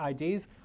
IDs